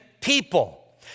people